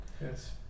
yes